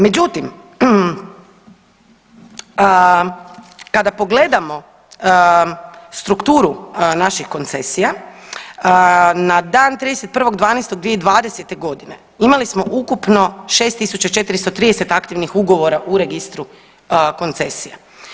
Međutim, kada pogledamo strukturu naših koncesija, na dan 31.12.2020. godine, imali smo ukupno 6430 aktivnih ugovora u registru koncesija.